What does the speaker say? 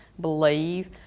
believe